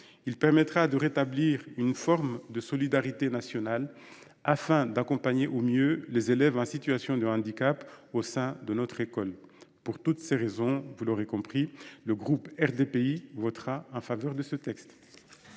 Il permettra de rétablir une forme de solidarité nationale, afin d’accompagner au mieux les élèves en situation de handicap au sein de notre école. Pour toutes ces raisons, le groupe RDPI votera en faveur de cette